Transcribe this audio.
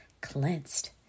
cleansed